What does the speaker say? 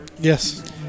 yes